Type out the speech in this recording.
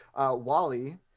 Wally